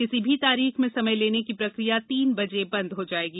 किसी भी तारीख में समय लेने की प्रक्रिया तीन बजे बंद हो जायेगी